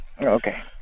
Okay